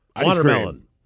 Watermelon